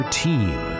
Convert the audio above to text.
team